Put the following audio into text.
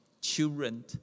children